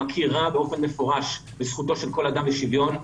מכירה באופן מפורש בזכותו של כל אדם לשוויון,